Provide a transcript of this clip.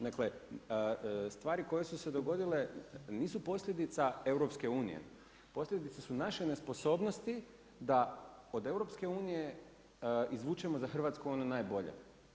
Dakle, stvari koje su se dogodile, nisu posljedica EU, posljedica su naše nesposobnosti da od EU, izvučemo za Hrvatsku ono najbolje.